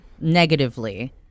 negatively